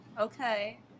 okay